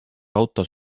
autos